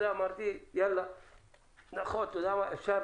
אמרתי אפשר